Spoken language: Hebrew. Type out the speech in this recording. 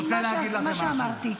מה שאמרתי.